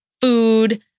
food